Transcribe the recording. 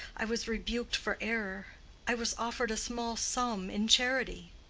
i was rebuked for error i was offered a small sum in charity.